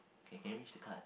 okay can you reach the card